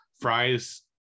fries